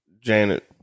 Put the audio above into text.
Janet